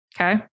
okay